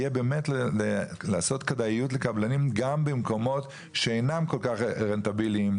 יהיה באמת לעשות כדאיות לקבלנים גם במקומות שאינם כל כך רנטביליים,